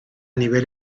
nivel